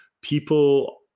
people